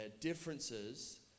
differences